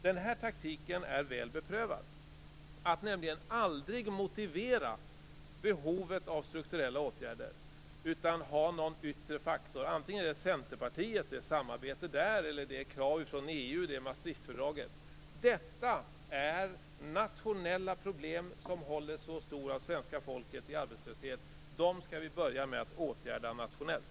Den här taktiken är väl beprövad, att aldrig motivera behovet av strukturella åtgärder, utan i stället skylla på någon yttre faktor, antingen det är samarbetet med Centerpartiet eller krav från EU och Maastrichtfördraget. Det är nationella problem som håller så stor del av svenska folket i arbetslöshet. Dem skall vi börja med att åtgärda nationellt.